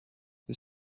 que